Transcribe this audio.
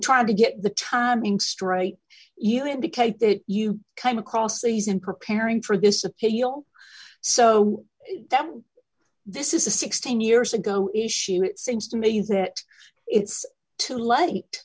trying to get the timing strike you indicate that you come across these and preparing for this appeal so that this is a sixteen years ago issue it seems to me that it's too late